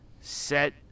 set